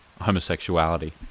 homosexuality